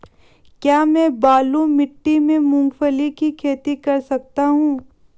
क्या मैं बालू मिट्टी में मूंगफली की खेती कर सकता हूँ?